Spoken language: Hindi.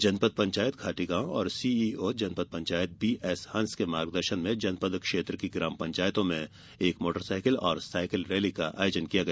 जनपद पंचायत घाटीगाँव में सीईओ जनपद पंचायत बी एस हँस के मार्गदर्शन में जनपद क्षेत्र की ग्राम पंचायतों में मोटर साइकिल और साइकिल रैली का आयोजन किया गया